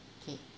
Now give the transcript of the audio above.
okay